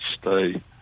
stay